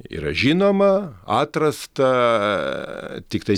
yra žinoma atrasta tiktais